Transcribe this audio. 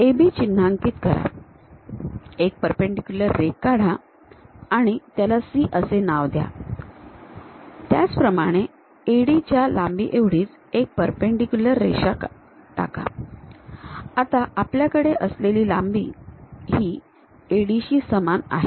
AB चिन्हांकित करा एक परपेंडीक्युलर रेघ काढा आणि त्याला C असे नाव द्या त्याचप्रमाणे AD च्या लांबी एवढीच एक परपेंडीक्युलर रेषा टाका आता आपल्याकडे असलेली लांबी ही AD शी समान आहे